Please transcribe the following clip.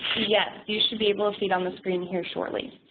yes, you should be able to see it on the screen here shortly.